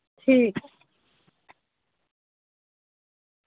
ठीक